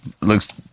looks